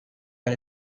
but